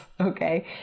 okay